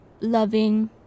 loving